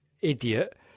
idiot